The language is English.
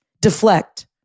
Deflect